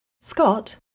Scott